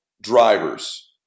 drivers